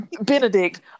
benedict